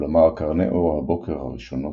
כלומר קרני אור הבוקר הראשונות